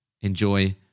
enjoy